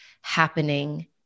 happening